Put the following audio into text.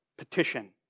Petition